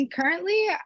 Currently